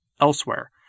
elsewhere